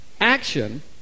action